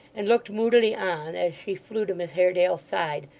and looked moodily on as she flew to miss haredale's side,